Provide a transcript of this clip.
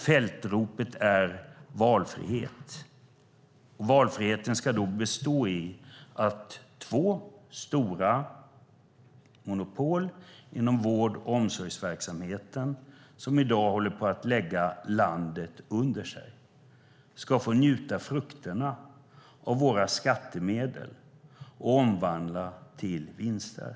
Fältropet är "valfrihet", och valfriheten ska bestå i att två stora monopol inom vård och omsorgsverksamheten som i dag håller på att lägga landet under sig ska få njuta frukterna av våra skattemedel och omvandla till vinster.